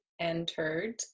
entered